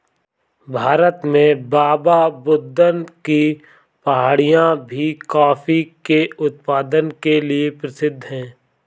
भारत में बाबाबुदन की पहाड़ियां भी कॉफी के उत्पादन के लिए प्रसिद्ध है